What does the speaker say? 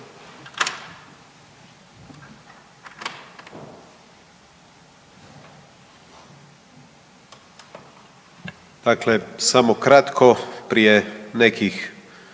Dakle, samo kratko, prije nekih